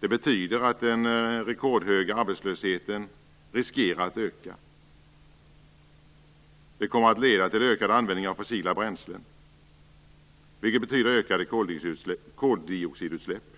Det betyder att den rekordhöga arbetslösheten riskerar att öka. Det kommer att leda till ökad användning av fossila bränslen, vilket betyder ökade koldioxidutsläpp.